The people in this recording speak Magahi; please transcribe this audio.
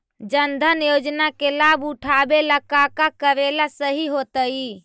जन धन योजना के लाभ उठावे ला का का करेला सही होतइ?